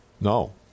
No